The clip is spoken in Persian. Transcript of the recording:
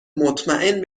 مطمئن